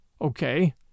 Okay